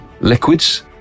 liquids